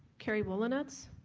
carrie wolinetz.